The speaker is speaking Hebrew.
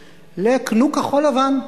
של: קנו כחול-לבן,